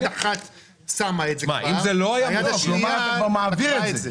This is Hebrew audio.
יד אחת שמה את זה כבר, היד השנייה לקחה את זה.